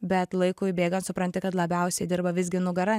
bet laikui bėgant supranti kad labiausiai dirba visgi nugara